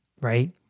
right